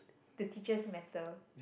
the teachers matter